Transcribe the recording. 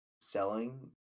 selling